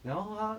然后他